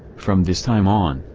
from this time on,